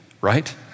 right